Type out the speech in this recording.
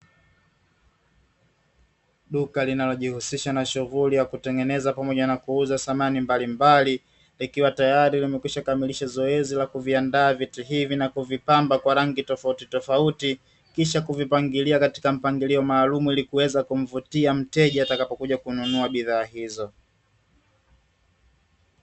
Duka linalojihusisha na shughuli ya kutengeneza pamoja na kuuza samani mbalimbali, likiwa tayari limekwisha kamilisha zoezi la kuviaanda viti hivi na kuvipamba kwa rangi tofautitofauti, kisha kuvipangilia katika mpangilio maalumu ili kuweza kumvutia mteja atakapokuja kununua bidhaa hizo.